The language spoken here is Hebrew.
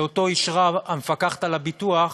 שאותו אישרה המפקחת על הביטוח,